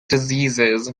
diseases